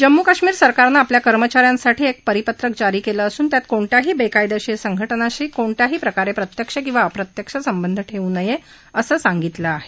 जम्मू कश्मीर सरकारनं आपल्या कर्मचा यांसाठी एक परिपत्रक जारी केलं असून त्यात कोणत्याही बेकायदेशीर संघटनाशी कोणत्याही प्रकारे प्रत्यक्ष किंवा अप्रत्यक्ष संबध ठेवू नये अस सांगितल आहे